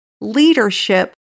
leadership